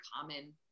common